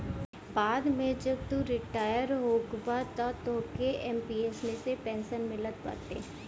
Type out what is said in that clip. बाद में जब तू रिटायर होखबअ तअ तोहके एम.पी.एस मे से पेंशन मिलत बाटे